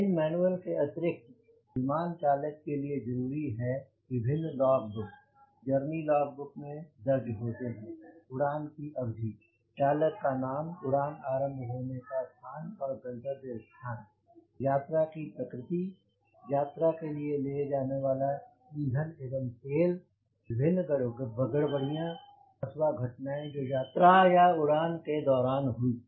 इन manual के अतिरिक्त विमान चालन के लिए जरूरी है विभिन्न लॉगबुक जर्नी लॉगबुक में दर्ज होते हैं उड़ान की अवधि चालाक का नाम उड़ान आरम्भ होने का स्थान और गंतव्य स्थान यात्रा की प्रकृति यात्रा के लिए ले जाया गया ईंधन एवं तेल विभिन्न गड़बड़ियाँ अथवा घटनाएँ जो यात्रा या उड़ान के दौरान हुईं